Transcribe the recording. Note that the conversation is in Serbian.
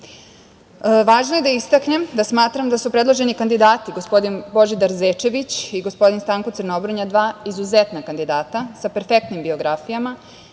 je da istaknem da smatram da su predloženi kandidati, gospodin Božidar Zečević i gospodin Stanko Crnobrnja dva izuzetna kandidata sa perfektnim biografijama